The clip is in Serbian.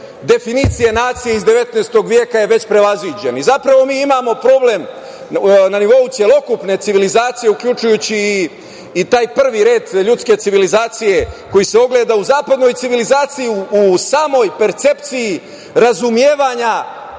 definicije nacije iz 19. veka je već prevaziđen. Zapravo, mi imamo problem na nivou celokupne civilizacije, uključujući i taj prvi red ljudski civilizacije koji se ogleda u zapadnoj civilizaciji, u samoj percepciji razumevanja